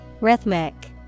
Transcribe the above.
Rhythmic